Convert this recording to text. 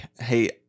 hey